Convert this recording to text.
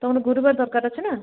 ତୁମର ଗୁରୁବାର ଦରକାର ଅଛି ନା